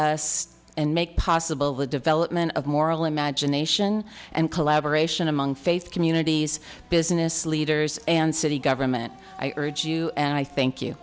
us and make possible the development of moral imagination and collaboration among faith communities business leaders and city government i urge you and i think you